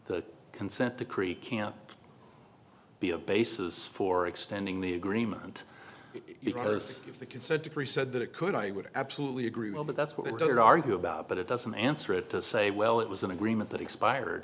the consent decree can't be a basis for extending the agreement it was if the consent decree said that it could i would absolutely agree well that that's what we're there to argue about but it doesn't answer it to say well it was an agreement that expired